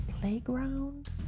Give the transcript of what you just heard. playground